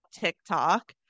TikTok